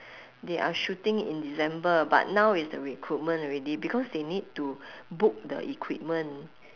they are shooting in december but now it's the recruitment already because they need to book the equipment